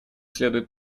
следует